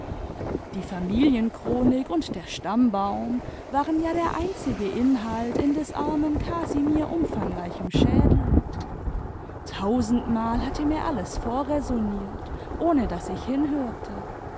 die familienchronik und der stammbaum waren ja der einzige inhalt in des armen casimir umfangreichem schädel tausendmal hat er mir alles vorräsoniert ohne daß ich hinhörte